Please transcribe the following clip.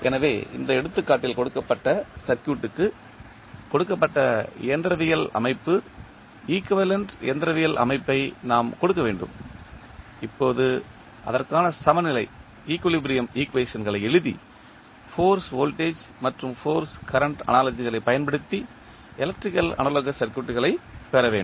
எனவே இந்த எடுத்துக்காட்டில் கொடுக்கப்பட்ட சர்க்யூட் க்கு கொடுக்கப்பட்ட இயந்திரவியல் அமைப்பு ஈக்குவேலண்ட் இயந்திரவியல் அமைப்பை நாம் கொடுக்க வேண்டும் இப்போது அதற்கான சமநிலை ஈக்குவேஷன்களை எழுதி ஃபோர்ஸ் வோல்டேஜ் மற்றும் ஃபோர்ஸ் கரண்ட் அனாலஜிகளைப் பயன்படுத்தி எலக்ட்ரிக்கல் அனாலோகஸ் சர்க்யூட் களைப் பெற வேண்டும்